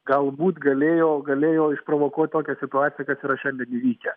galbūt galėjo o galėjo išprovokuot tokią situaciją kas yra šiandien įvykę